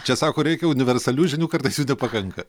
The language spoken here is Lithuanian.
čia sako reikia universalių žinių kartais jų nepakanka